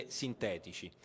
sintetici